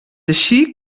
així